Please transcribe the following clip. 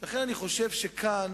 לכן, אני חושב שכאן